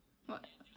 what